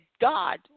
God